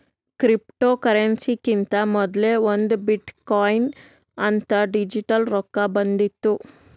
ಕ್ರಿಪ್ಟೋಕರೆನ್ಸಿಕಿಂತಾ ಮೊದಲೇ ಒಂದ್ ಬಿಟ್ ಕೊಯಿನ್ ಅಂತ್ ಡಿಜಿಟಲ್ ರೊಕ್ಕಾ ಬಂದಿತ್ತು